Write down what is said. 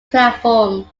platform